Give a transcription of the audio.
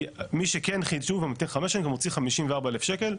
מי שכן חידשו וממתין חמש שנים ומוציא 54,000 שקלים.